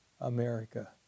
America